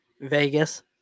Vegas